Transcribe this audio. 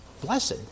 blessed